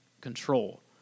control